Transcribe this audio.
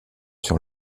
sur